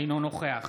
אינו נוכח